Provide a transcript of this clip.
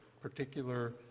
particular